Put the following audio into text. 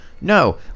No